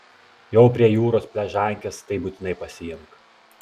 jau prie jūros pležankes tai būtinai pasiimk